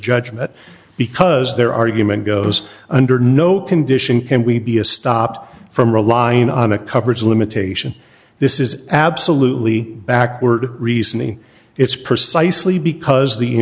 judgment because their argument goes under no condition can we be a stopped from relying on a coverage limitation this is absolutely backward reasoning it's precisely because the